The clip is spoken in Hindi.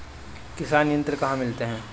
किसान यंत्र कहाँ मिलते हैं?